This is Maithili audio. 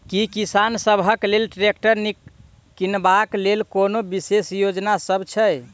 की किसान सबहक लेल ट्रैक्टर किनबाक लेल कोनो विशेष योजना सब छै?